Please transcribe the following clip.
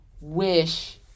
wish